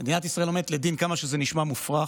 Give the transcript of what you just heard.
כמה שזה נשמע מופרך,